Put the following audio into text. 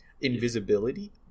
Invisibility